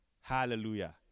Hallelujah